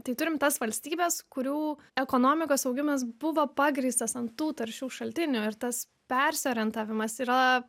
tai turim tas valstybes kurių ekonomikos augimas buvo pagrįstas ant tų taršių šaltinių ir tas persiorientavimas yra